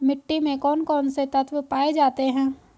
मिट्टी में कौन कौन से तत्व पाए जाते हैं?